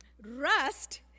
Rust